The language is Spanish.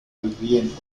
vivienda